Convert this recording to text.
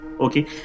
okay